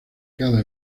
cada